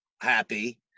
happy